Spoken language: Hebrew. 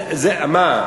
זה, זה, מה?